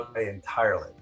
entirely